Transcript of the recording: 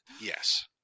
Yes